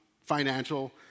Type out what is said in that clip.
financial